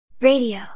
Radio